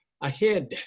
ahead